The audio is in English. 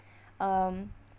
um